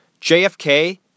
JFK